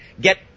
get